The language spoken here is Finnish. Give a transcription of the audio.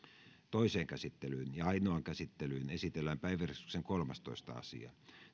toiseen käsittelyyn ja ainoaan käsittelyyn esitellään päiväjärjestyksen kolmastoista asia